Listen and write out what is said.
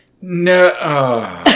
No